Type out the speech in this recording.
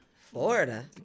Florida